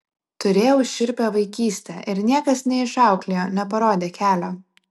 turėjau šiurpią vaikyste ir niekas neišauklėjo neparodė kelio